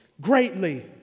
greatly